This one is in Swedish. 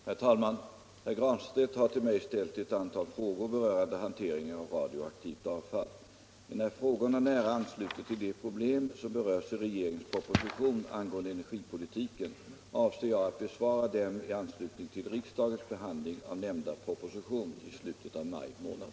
Herr talman! Herr Granstedt har till mig ställt ett antal frågor berörande hanteringen av radioaktivt avfall. Eftersom frågorna nära ansluter till de problem som berörs i regeringens proposition angående energipolitiken avser jag att besvara dem i anslutning till riksdagens behandling av nämnda proposition i slutet av maj månad.